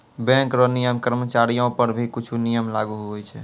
bank रो नियम कर्मचारीयो पर भी कुछु नियम लागू हुवै छै